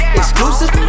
exclusive